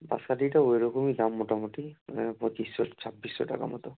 বাঁশকাঠিটা ওইরকমই দাম মোটামুটি মানে পঁচিশশো ছাব্বিশশো টাকা মতো